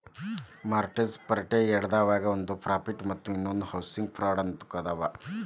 mortgage ಫ್ರಾಡ್ನ್ಯಾಗ ಎರಡದಾವ ಒಂದ್ ಪ್ರಾಫಿಟ್ ಮತ್ತ ಇನ್ನೊಂದ್ ಹೌಸಿಂಗ್ ಫ್ರಾಡ್ ಅಂತ ಅದಾವ